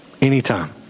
Anytime